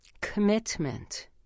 commitment